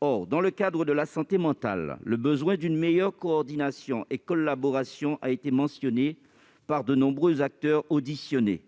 Or, dans le cadre de la santé mentale, le besoin d'une meilleure coordination et d'une meilleure collaboration a été mentionné par de nombreux acteurs auditionnés.